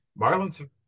Marlins